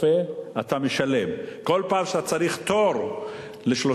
כל פעם שאתה רוצה לבוא להיבדק אצל רופא אתה משלם,